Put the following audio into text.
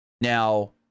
Now